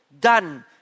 done